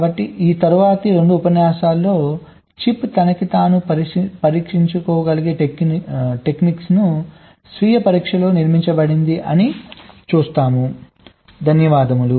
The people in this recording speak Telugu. కాబట్టి ఈ తరువాతి రెండు ఉపన్యాసాలలో చిప్ తనను తాను పరీక్షించుకోగలిగే టెక్నిక్ స్వీయ పరీక్షలో నిర్మించబడినది అని చూస్తాము